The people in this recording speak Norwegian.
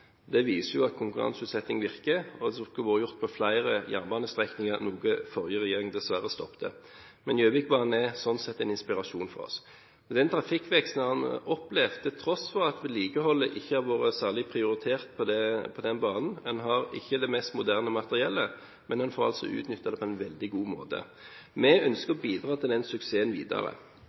Det viser at konkurranseutsetting virker, og at det skulle vært gjort på flere jernbanestrekninger – noe forrige regjering dessverre stoppet. Men Gjøvikbanen er sånn sett en inspirasjon for oss. Den trafikkveksten har den opplevd til tross for at vedlikeholdet ikke har vært særlig prioritert på den banen. En har ikke det mest moderne materiellet, men en får altså utnyttet det på en veldig god måte. Vi ønsker å bidra til den suksessen videre.